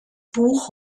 buch